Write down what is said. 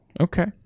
Okay